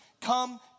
come